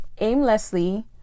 aimlessly